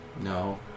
No